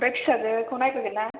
ओमफ्राय फिसाजोखौ नायबोगोन ना